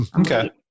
Okay